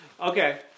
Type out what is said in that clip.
Okay